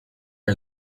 you